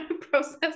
process